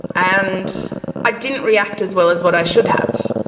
and i didn't react as well as but i should have.